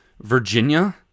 Virginia